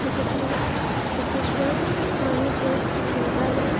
Gujarat Chhattisgarh Manipur Meghalaya